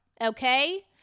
Okay